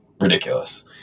ridiculous